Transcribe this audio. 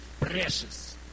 precious